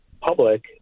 public